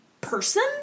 person